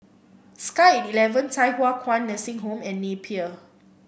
sky eleven Thye Hua Kwan Nursing Home and Napier